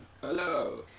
Hello